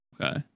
Okay